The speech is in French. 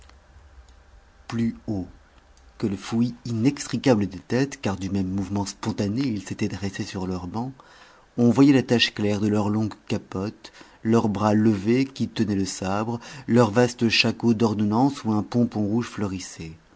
plus haut que le fouillis inextricable des têtes car du même mouvement spontané ils s'étaient dressés sur leur banc on voyait la tache claire de leurs longues capotes leurs bras levés qui tenaient le sabre leurs vastes shakos d'ordonnance où un pompon rouge fleurissait